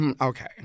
Okay